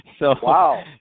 wow